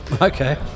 Okay